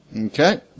Okay